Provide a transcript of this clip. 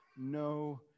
no